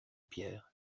pierre